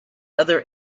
other